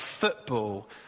football